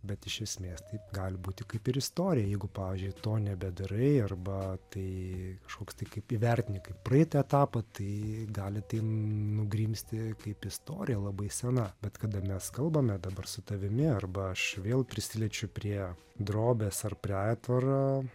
bet iš esmės taip gali būti kaip ir istorija jeigu pavyzdžiui to nebedarai arba tai kažkoks tai kaip įvertini kaip praeitą etapą tai gali tai nugrimzti kaip istorija labai sena bet kada mes kalbame dabar su tavimi arba aš vėl prisiliečiu prie drobės ar prie aitvaro